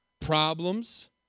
problems